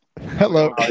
hello